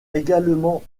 également